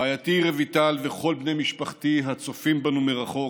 רעייתי רויטל וכל בני משפחתי הצופים בנו מרחוק,